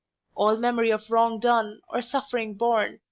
all memory of wrong done or suffer ing borne,